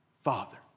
Father